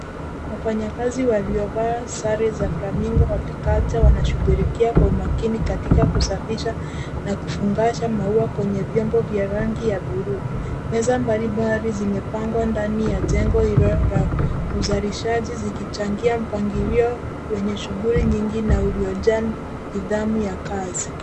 Wafanyakazi waliovaa sare za Flamingo Agriculture wanashughulikia kwa umakini katika kusafisha na kufungasha maua kwenye vyombo vya rangi ya bluu. Meza mbalimbali zimepangwa ndani ya jengo hilo la uzalishaji zikichangia mpangilio wenye shughuli nyingi na uliojaa nidhamu ya kazi.